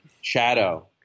shadow